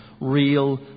real